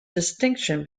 distinction